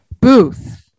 booth